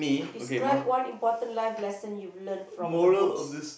describe one important life lesson you've learnt from the books